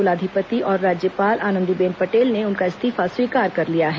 कुलाधिपति और राज्यपाल आनंदीबेन पटेल ने उनका इस्तीफा स्वीकार कर लिया है